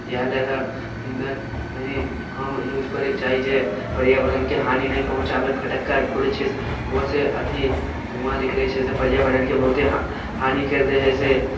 इहए लए एकरा इन्धन कनी कम यूज करैके चाही जे पर्याबरणके हानी नहि पहुँचाबे फटक्का आर फोड़ैत छै तऽ ओहोसे अथी धुआँ निकलैत छै से पर्याबरणके बहुते हा हानी करि दै हइ से